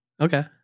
Okay